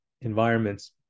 environments